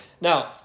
Now